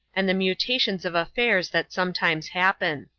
and the mutations of affairs that sometimes happen.